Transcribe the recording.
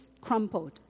crumpled